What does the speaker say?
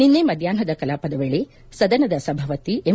ನಿನ್ನೆ ಮಧ್ಯಾಹ್ನದ ಕಲಾಪದ ವೇಳೆ ಸದನದ ಸಭಾಪತಿ ಎಂ